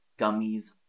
gummies